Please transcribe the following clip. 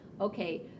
Okay